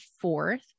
fourth